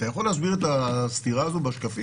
אתה יכול להסביר את הסתירה הזו בשקפים?